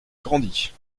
grandit